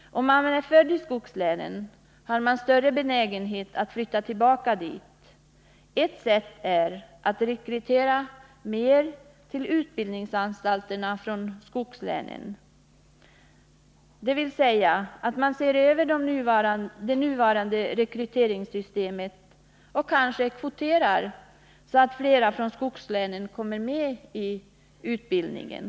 Om man är född i skogslänen, har man större benägenhet att flytta tillbaka dit. Ett sätt att styra Nr 48 utvecklingen är därför att öka rekryteringen av studerande från skogslänen till utbildningsanstalterna. I detta syfte borde man se över det nuvarande rekryteringssystemet, varefter man kanske skulle genomföra en kvotering, så att fler studerande från skogslänen kommer med i utbildningen.